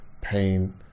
pain